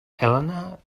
elena